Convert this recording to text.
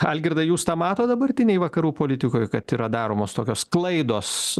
algirdai jūs tą matot dabartinėj vakarų politikoj kad yra daromos tokios klaidos